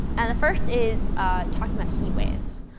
and the first is talking about heat waves.